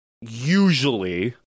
usually